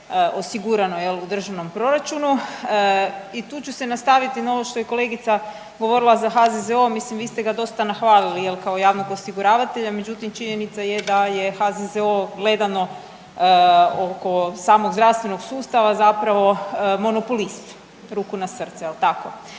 osigurano u državnom proračunu i tu ću se nastaviti na ovo što je kolegica govorila za HZZO. Mislim vi ste ga dosta nahvalili kao javnog osiguravatelja, međutim činjenica je da je HZZO gledano oko samog zdravstvenog sustava zapravo monopolist, ruku na srce. Jel' tako?